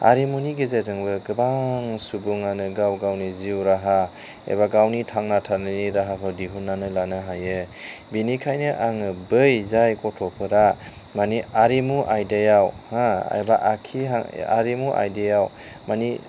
आरिमुनि गेजेरजोंबो गोबां सुबुङानो गाव गावनि जिउ राहा एबा गावनि थांना थानायनि राहाखौ दिहुननानै लानो हायो बिनिखायनो आङो बै जाय गथ'फोरा माने आरिमु आयदायाव हा आखि आरिमु आयदायाव मानि